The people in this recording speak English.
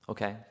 Okay